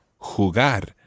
Jugar